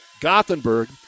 Gothenburg